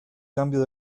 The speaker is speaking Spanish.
cambios